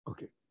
Okay